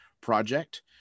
project